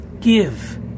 give